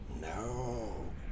No